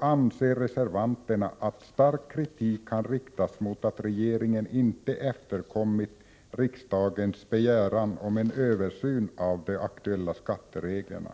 anser reservanterna att stark kritik kan riktas mot att regeringen inte efterkommit riksdagens begäran om en översyn av de aktuella skattereglerna.